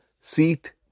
seat